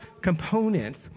components